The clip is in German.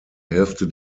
hälfte